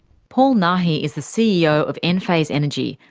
paul nahi is the ceo of enphase energy,